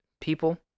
people